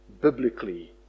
biblically